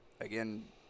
again